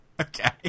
Okay